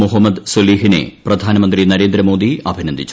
മുഹമ്മദ് സൊലിഹിനെ പ്രധാനമന്ത്രി നരേന്ദ്രമോദി അഭിനന്ദിച്ചു